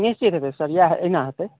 निश्चित हेतै सर इएह एहिना हेतै